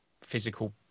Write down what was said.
physical